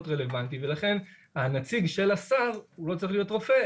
רלוונטי ולכן הנציג של השר לא צריך להיות רופא,